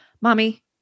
mommy